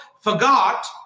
forgot